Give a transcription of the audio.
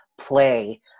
play